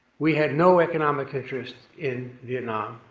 we had no economic interest in vietnam.